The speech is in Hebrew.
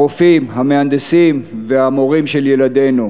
הרופאים, המהנדסים והמורים של ילדינו.